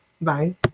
Bye